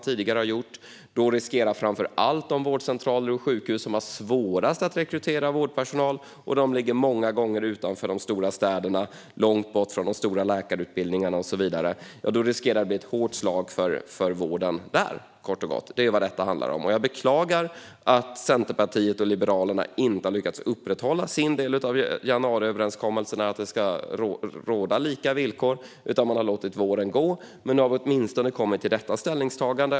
Framför allt de vårdcentraler och sjukhus som har svårast att rekrytera personal - de ligger många gånger utanför storstäderna och långt bort från läkarutbildningarna - riskerar att drabbas av ett hårt slag. Det är vad detta handlar om, kort och gott. Jag beklagar att Centerpartiet och Liberalerna inte har lyckats upprätthålla sin del av januariöverenskommelsen, nämligen att det ska råda lika villkor. I stället har man låtit våren gå. Nu har man åtminstone kommit till detta ställningstagande.